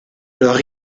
leur